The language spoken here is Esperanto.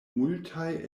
multaj